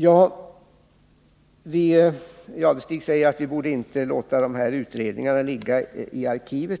Thure Jadestig säger att vi inte borde låta utredningarna ligga i arkivet.